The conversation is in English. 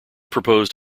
proposed